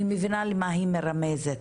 אני מבינה למה היא מרמזת,